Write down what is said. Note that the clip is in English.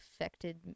affected